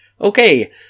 Okay